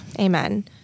Amen